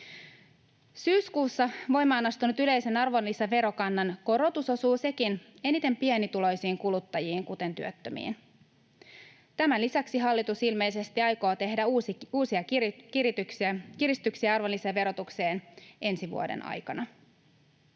Syyskuussa voimaan astunut yleisen arvonlisäverokannan korotus osuu sekin eniten pienituloisiin kuluttajiin, kuten työttömiin. Tämän lisäksi hallitus ilmeisesti aikoo tehdä uusia kiristyksiä arvonlisäverotukseen ensi vuoden aikana.